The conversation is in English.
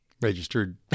Registered